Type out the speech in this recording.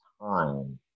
time